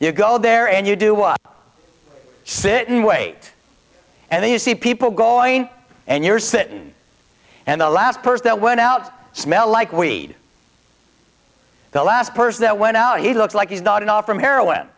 you go there and you do up sit and wait and then you see people going and you're sitting and the last person that went out smelled like we'd the last person that went out he looks like he's gotten off from heroin